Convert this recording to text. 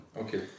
Okay